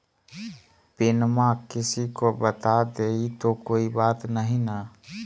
पिनमा किसी को बता देई तो कोइ बात नहि ना?